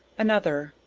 another.